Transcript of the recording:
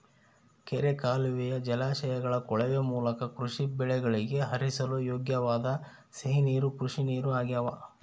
ಕೆರೆ ಕಾಲುವೆಯ ಜಲಾಶಯಗಳ ಕೊಳವೆ ಮೂಲಕ ಕೃಷಿ ಬೆಳೆಗಳಿಗೆ ಹರಿಸಲು ಯೋಗ್ಯವಾದ ಸಿಹಿ ನೀರು ಕೃಷಿನೀರು ಆಗ್ಯಾವ